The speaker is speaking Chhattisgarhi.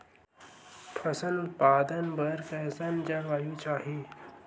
फसल उत्पादन बर कैसन जलवायु चाही?